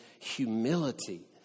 humility